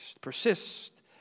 Persist